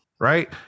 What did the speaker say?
right